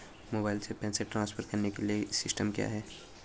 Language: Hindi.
मोबाइल से पैसे ट्रांसफर करने के लिए सिस्टम क्या है?